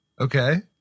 Okay